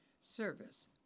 service